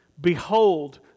Behold